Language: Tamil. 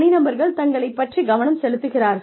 தனிநபர்கள் தங்களைப் பற்றி கவனம் செலுத்துவார்கள்